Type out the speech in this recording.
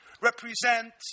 represent